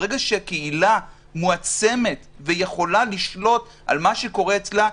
ברגע שהקהילה מועצמת ויכולה לשלוט על מה שקורה אצלה,